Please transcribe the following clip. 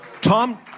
Tom